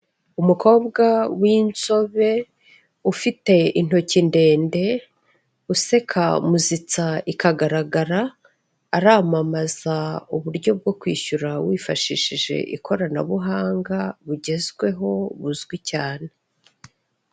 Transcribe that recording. Umukobwa w'inzobe ufite intoki ndende, useka muzitsa ikagaragara, aramamaza uburyo bwo kwishyura wifashishije ikoranabuhanga bugezweho buzwi cyane.